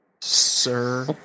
Sir